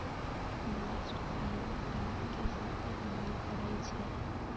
bast fibre डांरके शक्ति प्रदान करइ छै